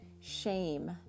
shame